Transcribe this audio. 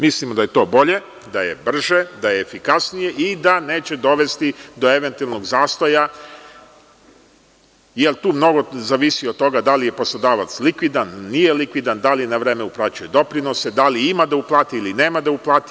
Mislimo da je to bolje, da je brže, da je efikasnije i da neće dovesti do eventualnog zastoja, jer tu mnogo zavisi od toga da li je poslodavac likvidan, nije likvidan, da li na vreme uplaćuje doprinose, da li ima da uplati ili nema da uplati.